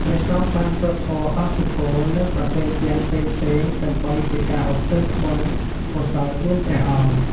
ព្រះសង្ឃបានសូត្រធម៌បង្សុកូល និងប្រគេនទានផ្សេងៗ ដើម្បីជាការឧទ្ទិសបុណ្យកុសលជូនព្រះអង្គ។